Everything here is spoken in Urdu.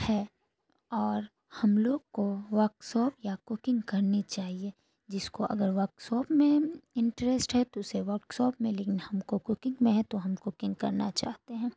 ہے اور ہم لوگ کو ورک شاپ یا کوکنگ کرنی چاہیے جس کو اگر ورک شاپ میں انٹریسٹ ہے تو اسے ورک شاپ میں لیکن ہم کو کوکنک میں ہیں تو ہم کوکنگ کرنا چاہتے ہیں